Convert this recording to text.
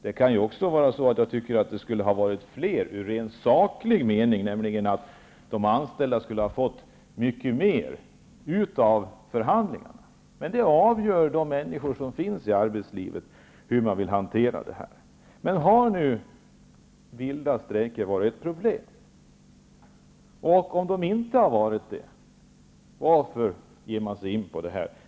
Det kan ju också vara på det sättet att jag tycker att det skulle ha varit fler rent sakligt, nämligen att de anställda skulle ha fått ut mycket mer av förhandlingarna. Men de människor som finns i arbetslivet avgör hur de vill hantera detta. Jag vill alltså få svar på om vilda strejker har varit ett problem. Om de inte har varit det, undrar jag varför man ger sig in på detta.